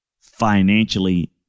financially